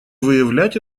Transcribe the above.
выявлять